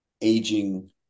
aging